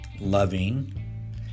loving